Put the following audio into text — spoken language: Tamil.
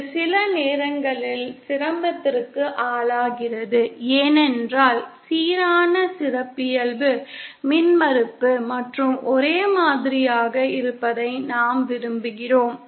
இது சில நேரங்களில் சிரமத்திற்கு ஆளாகிறது ஏனென்றால் சீரான சிறப்பியல்பு மின்மறுப்பு மற்றும் ஒரே மாதிரியாக இருப்பதை நாம் விரும்புகிறோம்